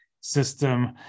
system